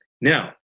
Now